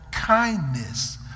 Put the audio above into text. Kindness